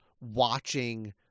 watching